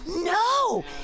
No